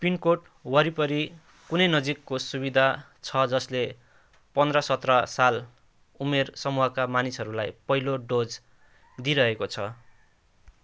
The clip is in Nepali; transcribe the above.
पिनकोडवरिपरि कुनै नजिकको सुविधा छ जसले पन्ध्र सत्र साल उमेरसमूहका मानिसहरूलाई पहिलो डोज दिइरहेको छ